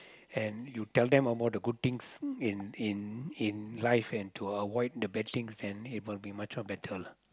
and you tell them about the good things in in in life and to avoid the bad things and it will be much more better lah